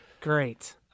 Great